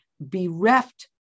bereft